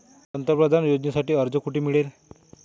पंतप्रधान योजनेसाठी अर्ज कुठे मिळेल?